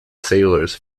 sailors